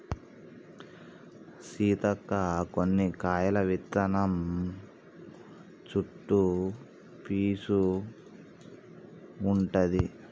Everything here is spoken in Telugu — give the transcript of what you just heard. సీతక్క కొన్ని కాయల విత్తనం చుట్టు పీసు ఉంటది